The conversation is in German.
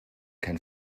kein